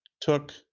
took